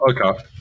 okay